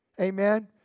Amen